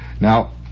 Now